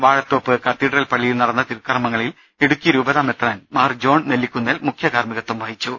Vazhathope cathedral പള്ളിയിൽ നടന്ന തിരുക്കർമ്മങ്ങളിൽ ഇടുക്കി രൂപതാ മെത്രാൻ മാർ ജോൺ നെല്ലിക്കുന്നേൽ മുഖ്യകാർമ്മികത്വം വഹിച്ചു